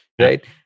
right